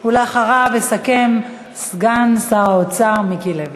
אחריו יסכם סגן שר האוצר מיקי לוי.